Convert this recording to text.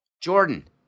Jordan